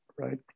right